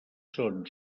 són